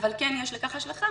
אבל כן יש לכך השלכה,